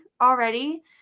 already